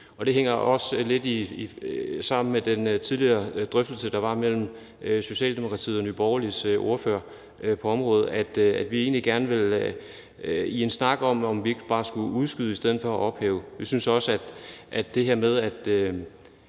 det hænger også lidt sammen med den tidligere drøftelse, der var mellem Socialdemokratiets ordfører og Nye Borgerliges ordfører på området. Vi vil egentlig gerne have en snak om, om vi ikke bare skal udskyde i stedet for at ophæve. Vi synes også, at det her med, at